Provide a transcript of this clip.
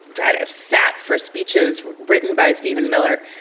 that have sat for speeches written by stephen miller?